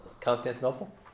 Constantinople